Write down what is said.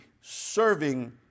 serving